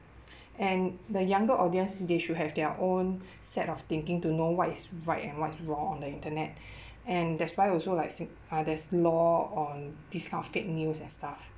and the younger audience they should have their own set of thinking to know what is right and what's wrong on the internet and that's why also like sing~ uh there's law on this kind of fake news and stuff